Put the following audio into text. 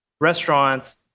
restaurants